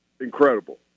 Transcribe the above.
incredible